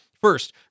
First